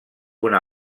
una